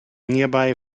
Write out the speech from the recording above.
nearby